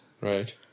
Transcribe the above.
right